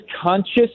conscious